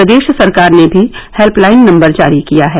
प्रदेश सरकार ने भी हेल्पलाइन नम्बर जारी किया है